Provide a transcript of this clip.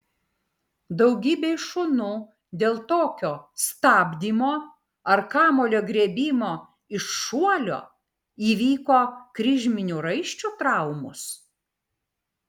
daugybei šunų dėl tokio stabdymo ar kamuolio griebimo iš šuolio įvyko kryžminių raiščių traumos